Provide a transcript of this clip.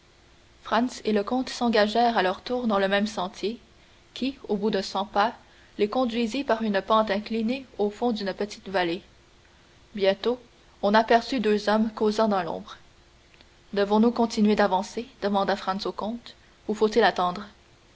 et le comte s'engagèrent à leur tour dans le même sentier qui au bout de cent pas les conduisit par une pente inclinée au fond d'une petite vallée bientôt on aperçut deux hommes causant dans l'ombre devons-nous continuer d'avancer demanda franz au comte ou faut-il attendre